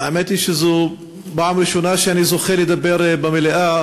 האמת היא שזו הפעם הראשונה שאני זוכה לדבר במליאה,